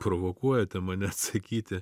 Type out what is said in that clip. provokuojate mane atsakyti